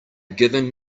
given